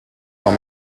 dans